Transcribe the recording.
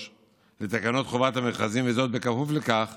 3(4)(ב)(3) לתקנות חובת המכרזים, וזאת בכפוף לחוק